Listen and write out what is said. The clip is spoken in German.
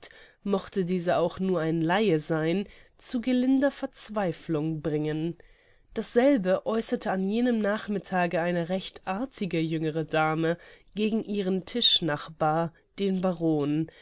mochte dieser auch nur ein laie sein zu gelinder verzweiflung bringen dasselbe äußerte an jenem nachmittage eine recht artige jüngere dame gegen ihren tischnachbar den baron